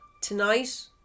Tonight